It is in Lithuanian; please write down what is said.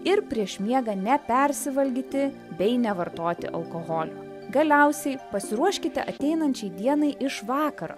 ir prieš miegą nepersivalgyti bei nevartoti alkoholio galiausiai pasiruoškite ateinančiai dienai iš vakaro